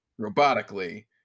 robotically